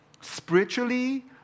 spiritually